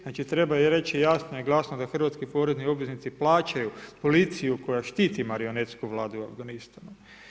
Znači treba reći jasno i glasno da hrvatski porezni obveznici plaćaju policiju koja štiti marionetsku Vladu u Afganistanu.